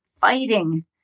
fighting